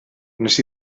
wnes